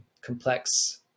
complex